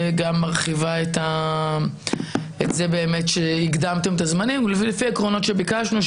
והיא גם מרחיבה את זה בכך שהקדמתם את הזמנים לפי העקרונות שביקשנו,